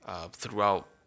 throughout